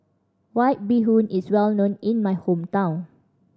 White Bee Hoon is well known in my hometown